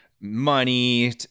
money